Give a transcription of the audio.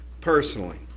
personally